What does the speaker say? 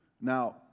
Now